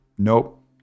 nope